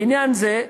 לעניין זה,